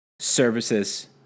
services